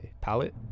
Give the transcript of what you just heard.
palette